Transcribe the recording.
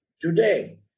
today